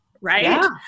Right